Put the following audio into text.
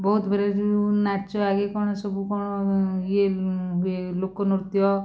ବହୁତ ଭେରାଇଟିରୁ ନାଚ ଆଗେ କ'ଣ ସବୁ କ'ଣ ଏଇ ହୁଏ ଲୋକ ନୃତ୍ୟ